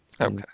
Okay